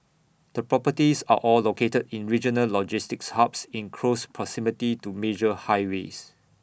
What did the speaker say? the properties are all located in regional logistics hubs in close proximity to major highways